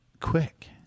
Quick